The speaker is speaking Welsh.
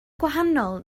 gwahanol